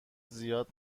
زیاد